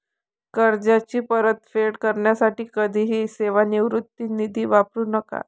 कर्जाची परतफेड करण्यासाठी कधीही सेवानिवृत्ती निधी वापरू नका